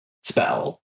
spell